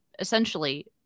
essentially